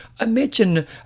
imagine